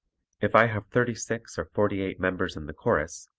if i have thirty-six or forty-eight members in the chorus,